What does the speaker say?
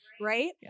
Right